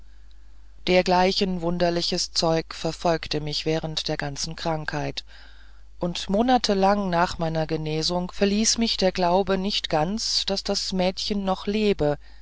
dergleichen wunderliches zeug verfolgte mich während der ganzen krankheit und monatelang nach meiner genesung verließ mich der glaube nicht ganz daß das mädchen noch lebe